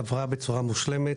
עברה בצורה מושלמת,